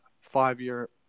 five-year